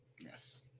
Yes